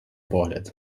погляд